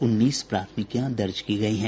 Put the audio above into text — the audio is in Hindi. उन्नीस प्राथमिकियां दर्ज की गयी हैं